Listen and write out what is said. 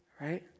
right